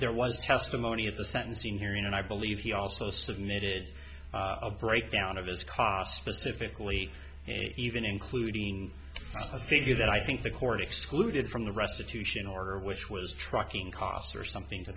there was testimony at the sentencing hearing and i believe he also submitted a breakdown of his cost pacifically even including a figure that i think the court excluded from the restitution order which was trucking costs or something to